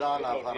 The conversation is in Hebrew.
תודה על ההבהרה.